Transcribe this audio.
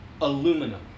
aluminum